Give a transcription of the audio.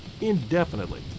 indefinitely